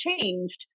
changed